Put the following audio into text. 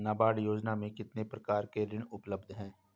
नाबार्ड योजना में कितने प्रकार के ऋण उपलब्ध हैं?